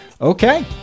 Okay